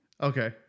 Okay